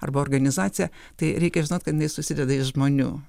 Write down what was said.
arba organizacija tai reikia žinot ką jinai susideda iš žmonių